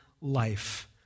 life